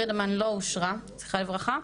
אושרה, זכרה לברכה.